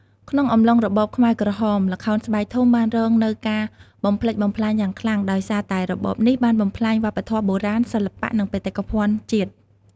ក្នុងអំឡុងរបបខ្មែរក្រហម ល្ខោនស្បែកធំបានរងនូវការបំផ្លិចបំផ្លាញយ៉ាងខ្លាំង ដោយសារតែរបបនេះបានបំផ្លាញវប្បធម៌បុរាណ សិល្បៈ និងបេតិកភណ្ឌជាតិ។